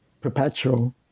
perpetual